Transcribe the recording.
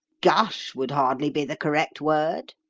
gush would hardly be the correct word.